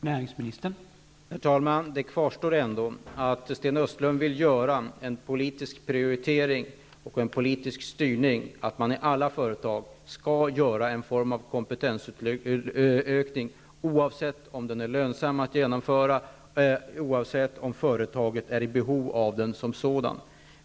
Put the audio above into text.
Herr talman! Det kvarstår ändå att Sten Östlund vill göra en politisk prioritering och en politisk styrning som innebär att man i alla företag skall göra en form av kompetensökning, oavsett om den är lönsam att genomföra och oavsett om företaget är i behov av den som sådan.